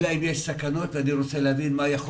אלא אם יש סכנות ואני רוצה להבין מה יכול